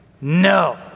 no